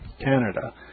Canada